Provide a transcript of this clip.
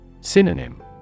Synonym